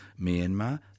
Myanmar